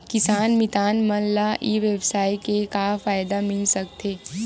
किसान मितान मन ला ई व्यवसाय से का फ़ायदा मिल सकथे?